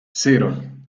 cero